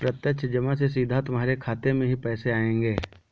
प्रत्यक्ष जमा से सीधा तुम्हारे खाते में ही पैसे आएंगे